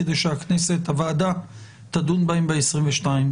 כך אני מניח, כדי שהוועדה תדון בהן ב-22 בדצמבר.